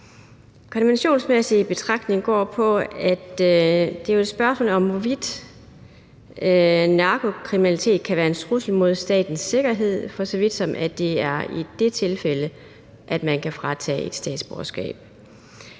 konventionsmæssige betragtning går på spørgsmålet om, hvorvidt narkokriminalitet kan være en trussel mod statens sikkerhed, for så vidt som at det er i det tilfælde, at man kan fratage et statsborgerskab.